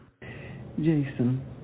Jason